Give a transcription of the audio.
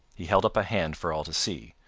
he held up a hand for all to see.